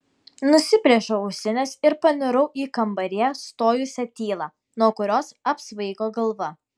nusiplėšiau ausines ir panirau į kambaryje stojusią tylą nuo kurios apsvaigo galva